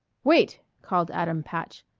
wait! called adam patch,